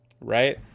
right